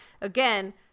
Again